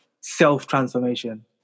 self-transformation